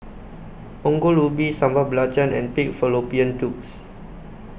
Ongol Ubi Sambal Belacan and Pig Fallopian Tubes